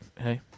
Hey